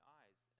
eyes